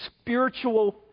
spiritual